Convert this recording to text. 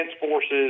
forces